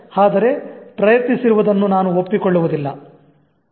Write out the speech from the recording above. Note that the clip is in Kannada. ಆದರೆ ಪ್ರಯತ್ನಿಸಿರುವುದನ್ನು ನಾನು ಒಪ್ಪಿಕೊಳ್ಳುವುದಿಲ್ಲ" ಎಂದು